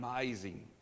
amazing